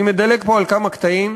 אני מדלג פה על כמה קטעים.